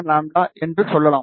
47 λ என்று சொல்லலாம்